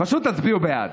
פשוט תצביעו בעד.